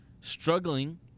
struggling